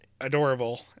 adorable